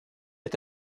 est